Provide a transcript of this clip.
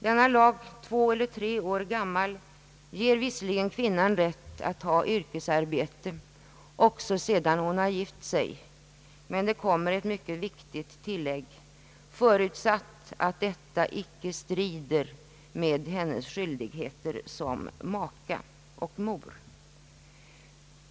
Denna lag — två eller tre år gammal — ger visserligen kvinnan rätt att ha yrkesarbete också sedan hon har gift sig, men det kommer ett mycket viktigt tilllägg: förutsatt att detta icke strider mot hennes skyldigheter som maka och mor.